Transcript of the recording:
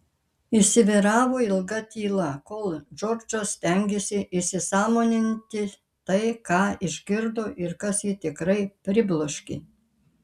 įsivyravo ilga tyla kol džordžas stengėsi įsisąmoninti tai ką išgirdo ir kas jį tikrai pribloškė